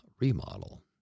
Remodel